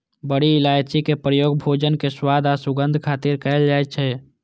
बड़ी इलायची के प्रयोग भोजन मे स्वाद आ सुगंध खातिर कैल जाइ छै